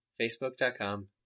Facebook.com